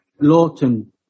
Lawton